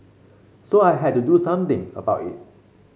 so I had to do something about it